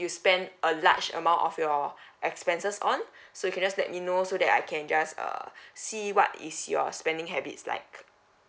you spent a large amount of your expenses on so you can just let me know so that I can just err see what is your spending habits like